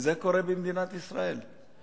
וזה קורה במדינת ישראל.